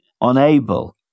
unable